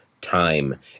time